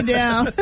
down